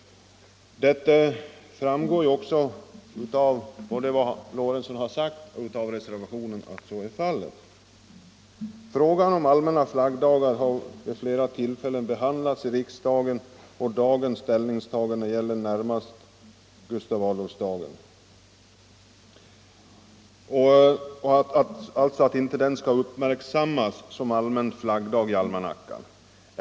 Detta framgår också både av vad herr Lorentzon har sagt och av reservationen. Frågan om allmänna flaggdagar har vid flera tillfällen behandlats i riksdagen, och dagens förslag gäller närmast att Gustav Adolfsdagen inte skall uppmärksammas i almanackan som allmän flaggdag.